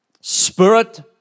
Spirit